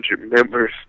members